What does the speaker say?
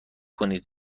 کنید